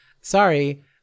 Sorry